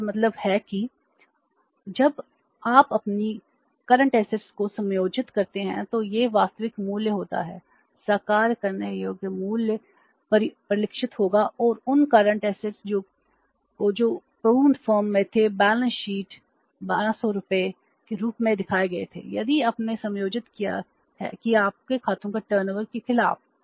तो इसका मतलब है कि जब आप अपनी वकरंट असेट्स के खिलाफ